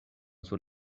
sur